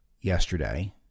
yesterday